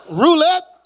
roulette